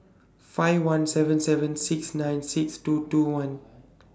five one seven seven six nine six two two one